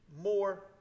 more